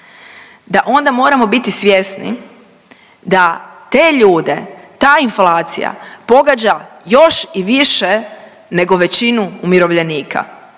da onda moramo biti svjesni da te ljude ta inflacija pogađa još i više nego većinu umirovljenika.